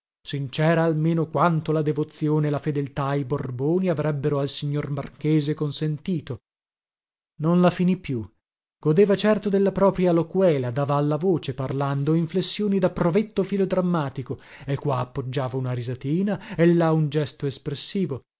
sincera sincera almeno quanto la devozione e la fedeltà ai borboni avrebbero al signor marchese consentito non la finì più godeva certo della propria loquela dava alla voce parlando inflessioni da provetto filodrammatico e qua appoggiava una risatina e là un gesto espressivo